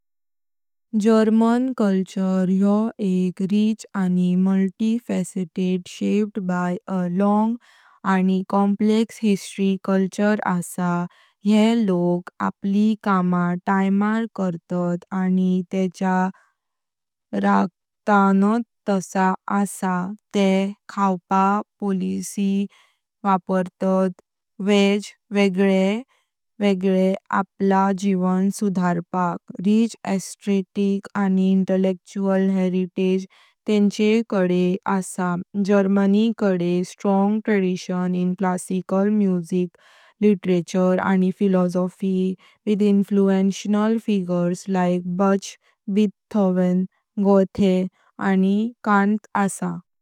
जर्मन संस्कृती यो एक रीच आणि multifaceted, shaped by a long and complex history culture असा। ये लोक आपली कामा टायमर करतात आणि तेंच्या रक्तांत तसा असा। ते खूप पॉलिसी वापरतात वेगवेगळे आपला जीवन सुधारपक। रीच आर्टिस्टिक आणि इंटेलेक्चुअल हेरिटेज तेंचे कडे असा। जर्मनी कडे strong tradition in classical music, literature, आणि philosophy, with influential figures like Bach, Beethoven, Goethe, आणि कॅंट असा।